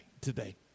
today